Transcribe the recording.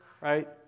right